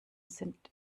sind